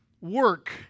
work